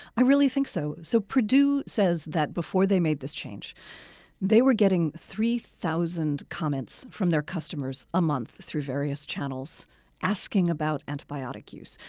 i really do think so so. purdue says that before they made this change they were getting three thousand comments from their customers a month through various channels asking about antibiotic use.